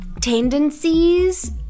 tendencies